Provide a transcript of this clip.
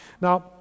Now